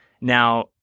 Now